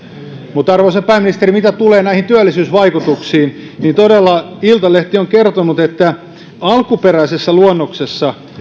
mutta arvoisa pääministeri mitä tulee näihin työllisyysvaikutuksiin niin todella iltalehti on kertonut että alkuperäisessä luonnoksessa